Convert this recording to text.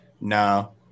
no